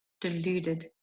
deluded